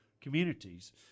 communities